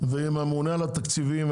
ועם הממונה על התקציבים,